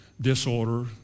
Disorder